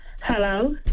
Hello